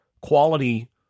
quality